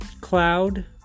cloud